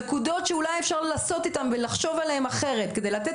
נקודות שאולי אפשר לעשות איתן דברים אחרים ולתת